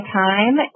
time